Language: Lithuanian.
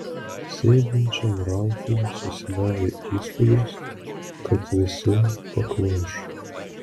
sėdinčiam ralfui susidarė įspūdis kad visi pakvaišo